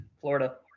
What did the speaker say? Florida